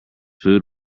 food